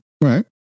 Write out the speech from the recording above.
Right